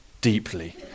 deeply